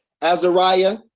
Azariah